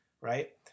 right